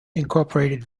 incorporated